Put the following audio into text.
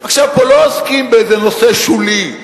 עכשיו, פה לא עוסקים באיזה נושא שולי.